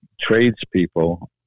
tradespeople